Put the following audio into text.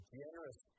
generous